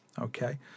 Okay